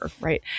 Right